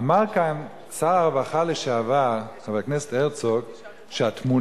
אמר כאן שר הרווחה לשעבר חבר הכנסת הרצוג שהתמונות,